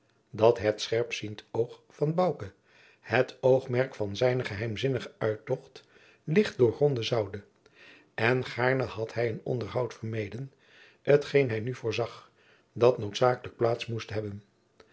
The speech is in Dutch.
dat het scherpziend oog van bouke het oogmerk van zijnen geheimzinnigen uittocht licht doorgronden zoude en gaarne had hij een onderhoud vermeden t geen hij nu jacob van lennep de pleegzoon voorzag dat noodzakelijk plaats moest hebben